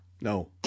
No